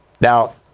Now